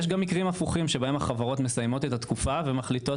יש גם מקרים הפוכים שבהם החברות מסיימות את התקופה ומחליטות